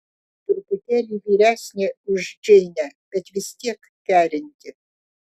truputėlį vyresnė už džeinę bet vis tiek kerinti